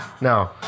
No